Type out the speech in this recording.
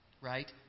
right